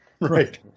Right